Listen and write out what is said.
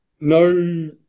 No